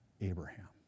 Abraham